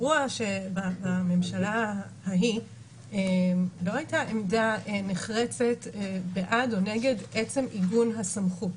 בממשלה ההיא לא הייתה עמדה נחרצת בעד או נגד עצם עיגון הסמכות.